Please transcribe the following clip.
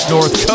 North